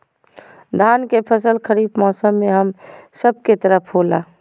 धान के फसल खरीफ मौसम में हम सब के तरफ होला